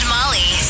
Molly